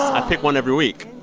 i pick one every week